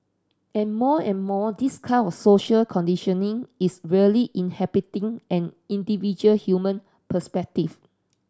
and more and more this kind of social conditioning is really inhibiting an individual human perspective